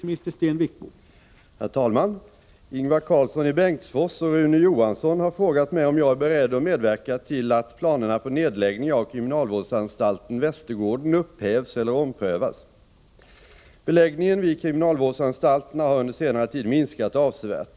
Herr talman! Ingvar Karlsson i Bengtsfors och Rune Johansson har frågat mig om jag är beredd att medverka till att planerna på nedläggning av kriminalvårdsanstalten Västergården upphävs eller omprövas. Beläggningen vid kriminalvårdsanstalterna har under senare tid minskat avsevärt.